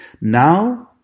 Now